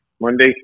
Monday